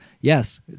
Yes